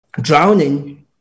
drowning